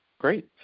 Great